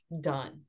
done